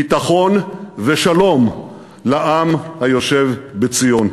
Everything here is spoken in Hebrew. ביטחון ושלום לעם היושב בציון.